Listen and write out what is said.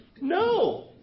No